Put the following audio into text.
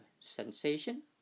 sensation